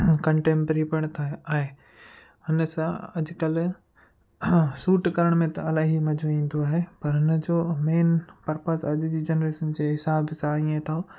contemporary पिणि थ आहे हुन सां अॼुकल्ह सूट करण में त इलाही मज़ो ईंदो आहे पर हुन जो मेन पर्पस अॼु जी जनरेशन जे हिसाब सां हीअं अथव